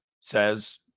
says